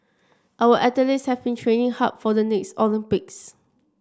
our athletes have been training hard for the next Olympics